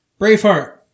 Braveheart